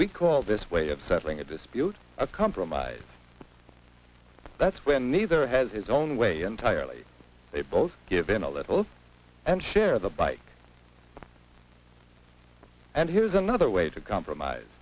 we call this way of settling a dispute a compromise that's when neither has his own way entirely they both given a little and share the bike and here's another way to compromise